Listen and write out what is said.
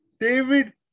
David